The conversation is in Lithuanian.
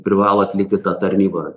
privalo atlikti tą tarnybą